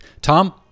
Tom